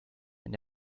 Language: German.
wenn